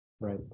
Right